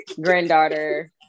granddaughter